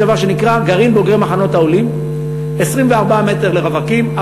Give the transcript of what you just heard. יש דבר שנקרא גרעין בוגרי "מחנות העולים" 24 מ"ר לרווקים,